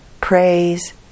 praise